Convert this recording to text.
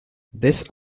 this